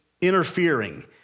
interfering